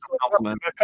compliment